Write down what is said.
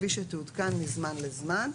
כפי שתעודכן מזמן לזמן".